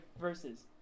verses